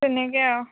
তেনেকৈ আৰু